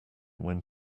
when